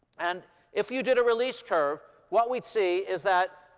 and if you did a release curve, what we'd see is that